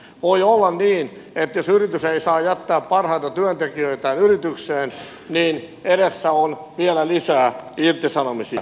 voi olla niin että jos yritys ei saa jättää parhaita työntekijöitään yritykseen niin edessä on vielä lisää irtisanomisia